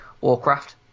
Warcraft